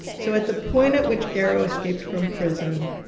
so at the point at which garrow escaped from prison,